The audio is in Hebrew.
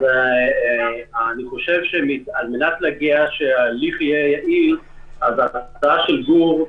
על מנת שההליך יהיה יעיל אז ההצעה של גור,